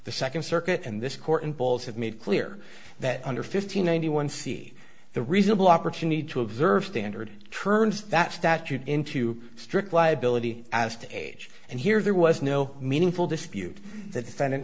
the second circuit and this court in polls have made clear that under fifteen ninety one c the reasonable opportunity to observe standard turns that statute into strict liability as to age and here there was no meaningful dispute that